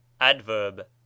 adverb